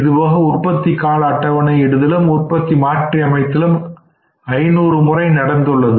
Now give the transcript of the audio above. இதுபோக உற்பத்தி கால அட்டவணை இடுதலும் உற்பத்தி மாற்றி அமைத்தாலும் 500 முறை நடந்துள்ளது